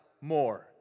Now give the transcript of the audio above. more